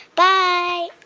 bye